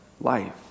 life